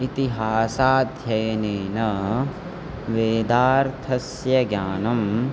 इतिहासाध्ययनेन वेदार्थस्य ज्ञानं